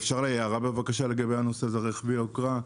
אפשר הערה בבקשה לגבי הנושא של רכבי יוקרה?